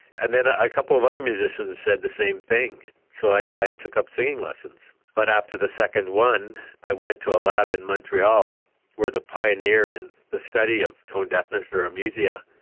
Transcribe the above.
and then ah a couple of other musicians said the same thing, so i took up singing lessons. but after the second one i went to a lab in montreal where the pioneer in the study of tone deafness or amusia,